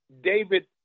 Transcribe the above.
David